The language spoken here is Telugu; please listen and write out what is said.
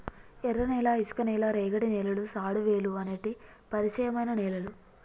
ఎర్రనేల, ఇసుక నేల, రేగడి నేలలు, సౌడువేలుఅనేటి పరిచయమైన నేలలు